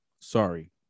Sorry